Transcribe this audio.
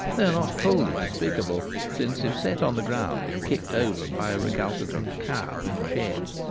they are not wholly despicable since if set on the ground and kicked over by a recalcitrant cow in the sheds,